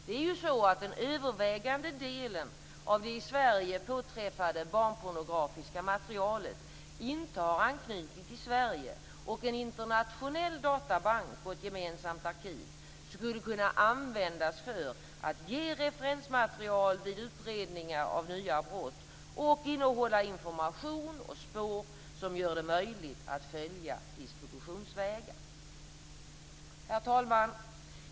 Det är ju så att den övervägande delen av det i Sverige påträffade barnpornografiska materialet inte har anknytning till Sverige, och en internationell databank och ett gemensamt arkiv skulle kunna användas för att ge referensmaterial vid utredningar av nya brott och innehålla information och spår som gör det möjligt att följa distributionsvägar. Herr talman!